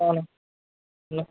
ल ल ल